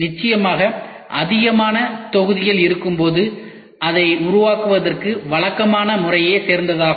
நிச்சயமாக அதிகமான தொகுதிகள் இருக்கும்போது அதை உருவாக்குவதற்கு வழக்கமான முறையே சிறந்ததாகும்